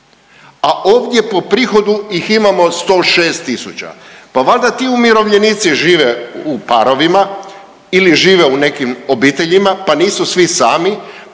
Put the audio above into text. a ovdje po prihodu ih imamo 106 tisuća. Pa valda ti umirovljenici žive u parovima ili žive u nekim obiteljima, pa nisu svi sami,